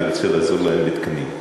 אני רוצה לעזור להם בתקנים.